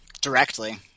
directly